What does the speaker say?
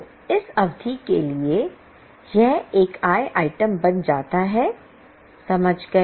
तो इस अवधि के लिए यह एक आय आइटम बन जाता है समझ गया